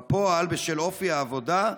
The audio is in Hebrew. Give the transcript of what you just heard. בפועל, בשל אופי העבודה,